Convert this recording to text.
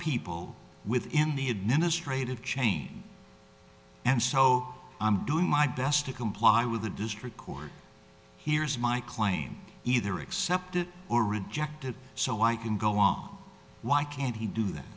people within the administrative chain and so i'm doing my best to comply with the district court hears my claim either accepted or rejected so i can go on why can't he do that